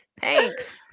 Thanks